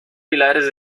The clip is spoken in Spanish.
pilares